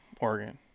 Oregon